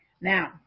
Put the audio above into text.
Now